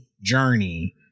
Journey